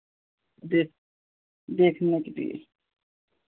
देख देखने के लिए